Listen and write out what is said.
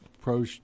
pro